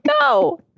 No